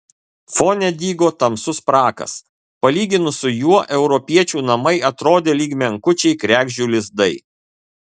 fone dygo tamsus prakas palyginus su juo europiečių namai atrodė lyg menkučiai kregždžių lizdai